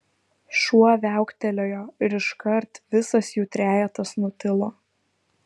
šuo viauktelėjo ir iškart visas jų trejetas nutilo